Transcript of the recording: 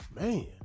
Man